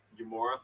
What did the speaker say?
Yamura